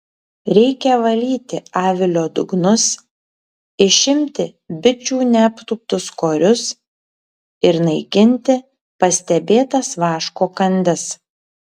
reikia valyti avilio dugnus išimti bičių neaptūptus korius ir naikinti pastebėtas vaško kandis